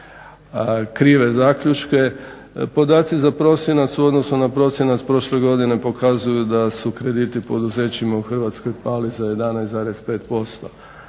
krive zaključke. Podaci za prosinac u odnosu na prosinac prošle godine pokazuju da su krediti poduzećima u Hrvatskoj pali za 11,5%.